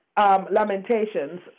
Lamentations